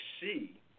see